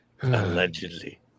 allegedly